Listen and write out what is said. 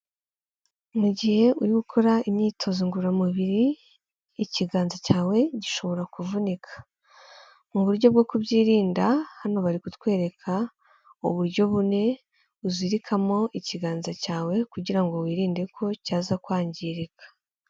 Mu gihe uri gukora imyitozo ngororamubiri, ikiganza cyawe gishobora kuvunika mu buryo bwo kubyirinda hano bari kutwereka uburyo bune uzirikamo ikiganza cyawe kugira ngo wirinde ko cyaza kwangirika.